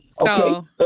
Okay